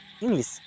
english